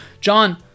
John